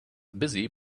busy